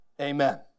Amen